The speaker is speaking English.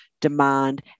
demand